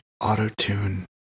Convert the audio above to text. Auto-tune